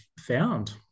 found